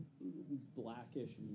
blackish